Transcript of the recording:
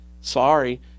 sorry